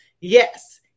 yes